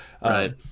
Right